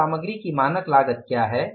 तो सामग्री की मानक लागत क्या है